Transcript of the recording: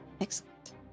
Excellent